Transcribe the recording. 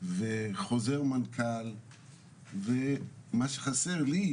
וחוזר מנכ"ל ומה שחסר לי,